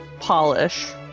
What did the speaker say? polish